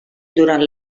durant